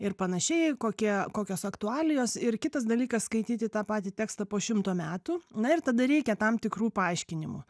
ir panašiai kokie kokios aktualijos ir kitas dalykas skaityti tą patį tekstą po šimto metų na ir tada reikia tam tikrų paaiškinimų